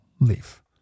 leaf